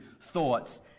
thoughts